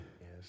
Yes